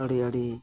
ᱟᱹᱰᱤ ᱟᱹᱰᱤ